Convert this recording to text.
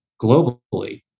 globally